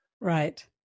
Right